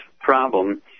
problem